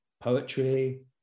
poetry